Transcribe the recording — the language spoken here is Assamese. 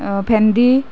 ভেন্দি